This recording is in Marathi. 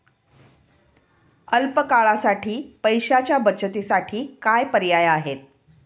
अल्प काळासाठी पैशाच्या बचतीसाठी काय पर्याय आहेत?